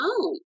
own